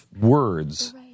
words